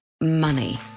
Money